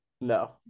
no